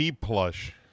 plush